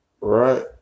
right